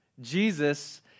Jesus